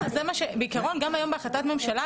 בעיקרון גם היום בהחלטת ממשלה,